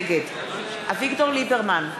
נגד אביגדור ליברמן,